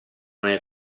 nel